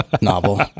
novel